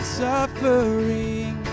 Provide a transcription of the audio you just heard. suffering